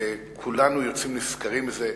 כולנו יוצאים נשכרים מזה.